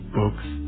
books